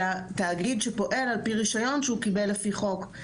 אלא תאגיד שפועל על פי רישיון שהוא קיבל על פי חוק.